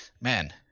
man